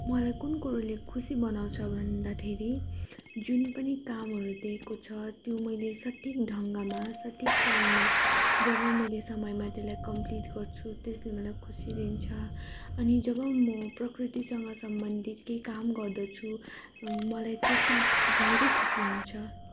मलाई कुन कुरोले खुसी बनाउँछ भन्दा धेरै जुन पनि कामहरू दिएको छ त्यो मैले सठिक ढङ्गमा सठिक टाइममा जब मैले समयमा त्यसलाई कम्पलिट गर्छु त्यसले मलाई खुसी दिन्छ अनि जब मो प्रकृतिसँग सम्बन्धित केही काम गर्दछु मलाई त्यसमा धेरै खुसी हुन्छ